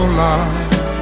love